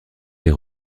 des